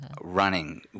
running